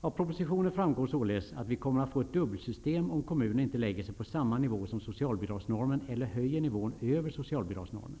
Av propositionen framgår således att vi kommer att få ett dubbelsystem, om kommunen inte lägger sig på samma nivå som socialbidragsnormen eller höjer nivån över socialbidragsnormen. Det